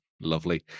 lovely